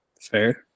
Fair